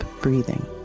breathing